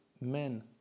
men